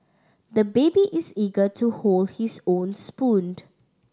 the baby is eager to hold his own spoon